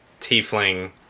Tiefling